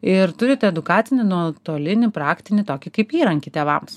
ir turit edukacinį nuotolinį praktinį tokį kaip įrankį tėvams